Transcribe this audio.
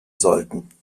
sollten